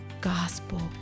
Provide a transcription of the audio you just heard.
gospel